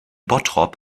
bottrop